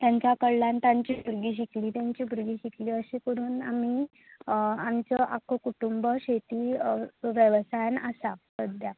तांच्या कडल्यान तांचीं भुरगीं शिकलीं तांचीं भुरगीं शिकलीं अशें करून आमी आमचो आख्खो कुटूंब शेती वेवसायांत आसा सद्द्या